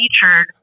featured